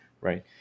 right